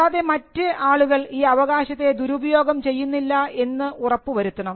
കൂടാതെ മറ്റ് ആളുകൾ ഈ അവകാശത്തെ ദുരുപയോഗം ചെയ്യുന്നില്ല എന്ന് ഉറപ്പുവരുത്തണം